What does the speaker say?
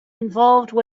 involved